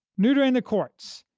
neutering the courts,